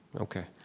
okay.